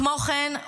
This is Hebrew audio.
כמו כן,